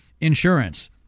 insurance